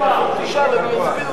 בושה וחרפה.